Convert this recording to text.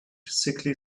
sickly